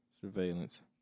surveillance